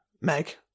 Meg